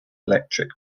electric